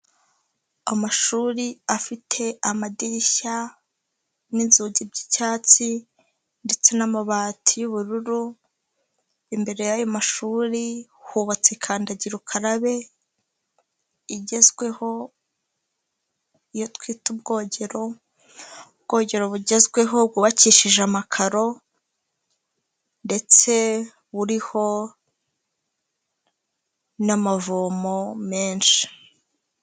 Amashuri afite amadirishya n'inzugi by'icyatsi ndetse n'amabati y'ubururu, imbere y'ayo mashuri hubatse ikandagira ukarabe igezweho, iyo twita ubwogero, ubwogero bugezweho bwubakishije amakaro ndetse buriho n'amavomo menshi.